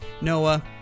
Noah